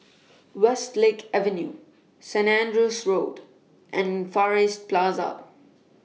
Westlake Avenue Saint Andrew's Road and Far East Plaza